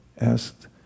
asked